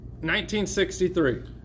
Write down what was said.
1963